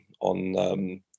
on